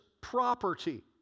property